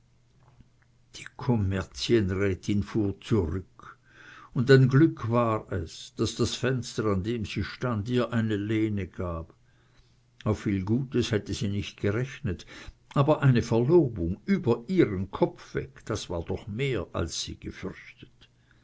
die kommerzienrätin fuhr zurück und ein glück war es daß das fenster an dem sie stand ihr eine lehne gab auf viel gutes hatte sie nicht gerechnet aber eine verlobung über ihren kopf weg das war doch mehr als sie gefürchtet